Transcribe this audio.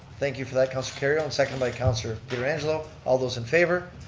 thank you for that councilor kerrio and seconded by councilor pietrangelo. all those in favor,